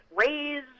raise